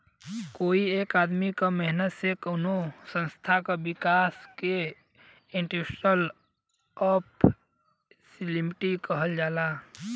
कोई एक आदमी क मेहनत से कउनो संस्था क विकास के इंस्टीटूशनल एंट्रेपर्नुरशिप कहल जाला